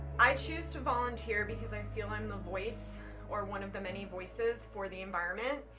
i choose to volunteer because i feel i'm the voice or one of the many voices for the environment.